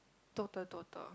total total